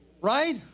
Right